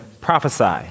prophesy